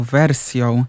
wersją